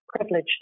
privileged